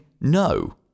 no